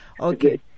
Okay